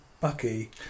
Bucky